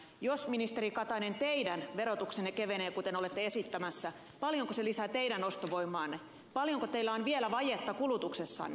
jos ministeri katainen teidän verotuksenne kevenee kuten olette esittämässä paljonko se lisää teidän ostovoimaanne paljonko teillä on vielä vajetta kulutuksessanne